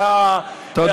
תודה.